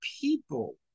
people